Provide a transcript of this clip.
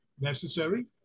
Necessary